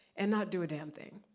and not do a damn thing,